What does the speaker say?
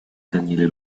daniele